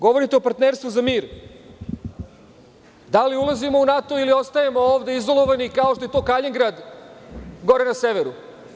Govorite o partnerstvu za mir, da li ulazimo u NATO ili ostajemo ovde, izolovani, kao što je to Kaljingrad, gore na severu?